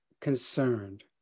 concerned